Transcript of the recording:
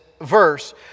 verse